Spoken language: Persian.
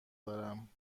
دارم